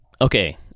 Okay